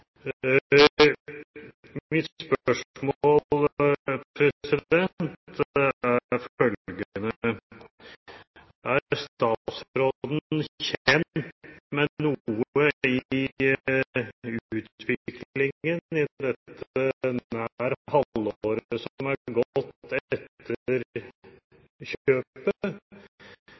er følgende: Er statsråden kjent med noe i utviklingen i det nær halve året som har gått etter kjøpet,